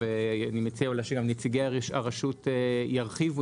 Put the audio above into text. ואני מציע אולי שגם נציגי הרשות ירחיבו